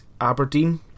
Aberdeen